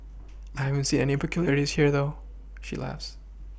I haven't seen any peculiarities here she laughs